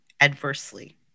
adversely